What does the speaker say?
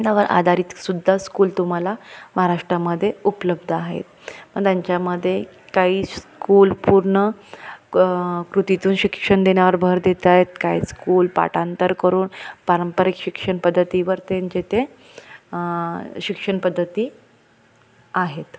त्यावर आधारितसुद्धा स्कुल तुम्हाला महाराष्ट्रामध्ये उप्लब्ध आहेत पण त्यांच्यामध्ये काही स्कूल पूर्ण कृतीतून शिक्षण देण्यावर भर देत आहेत काही स्कूल पाठांतर करून पारंपरिक शिक्षणपद्धतीवर त्यांचे ते शिक्षणपद्धती आहेत